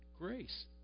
grace